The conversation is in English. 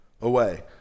away